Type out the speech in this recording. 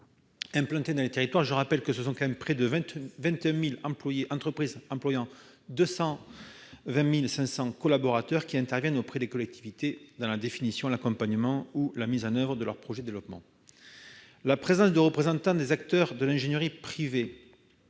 collectivités territoriales et des populations. Ce sont ainsi près de 21 000 entreprises employant 220 500 collaborateurs qui interviennent auprès des collectivités dans la définition, l'accompagnement et la mise en oeuvre de leurs projets de développement. La présence de représentants des acteurs de l'ingénierie privée